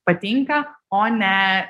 patinka o ne